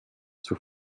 zur